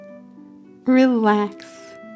Relax